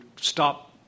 stop